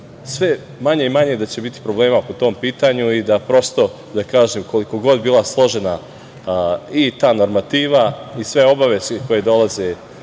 biti manje i manje problema po tom pitanju i da, prosto da kažem, koliko god bila složena i ta normativa i sve obaveze koje dolaze